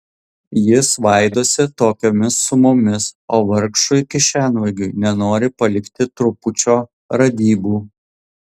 jis svaidosi tokiomis sumomis o vargšui kišenvagiui nenori palikti trupučio radybų